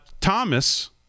Thomas